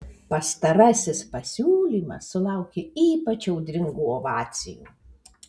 pastarasis pasiūlymas sulaukė ypač audringų ovacijų